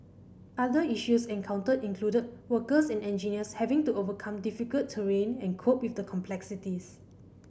other issues encountered included workers and engineers having to overcome difficult terrain and cope with the complexities